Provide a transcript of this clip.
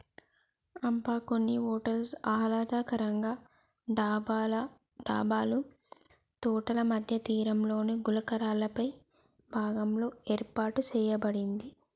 అబ్బ కొన్ని హోటల్స్ ఆహ్లాదకరంగా డాబాలు తోటల మధ్య తీరంలోని గులకరాళ్ళపై భాగంలో ఏర్పాటు సేయబడింది